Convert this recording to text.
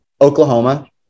Oklahoma